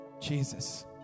Jesus